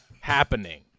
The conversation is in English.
happening